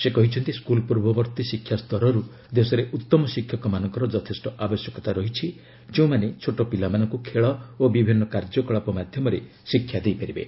ସେ କହିଛନ୍ତି ସ୍କୁଲ୍ ପ୍ରର୍ବବର୍ତ୍ତୀ ଶିକ୍ଷା ସ୍ତରରୁ ଦେଶରେ ଉତ୍ତମ ଶିକ୍ଷକମାନଙ୍କର ଯଥେଷ୍ଟ ଆବଶ୍ୟକତା ରହିଛି ଯେଉଁମାନେ ଛୋଟ ପିଲାମାନଙ୍କୁ ଖେଳ ଓ ବିଭିନ୍ନ କାର୍ଯ୍ୟକଳାପ ମାଧ୍ୟମରେ ଶିକ୍ଷା ଦେଇପାରିବେ